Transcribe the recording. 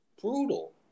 Brutal